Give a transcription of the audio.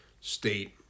state